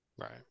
Right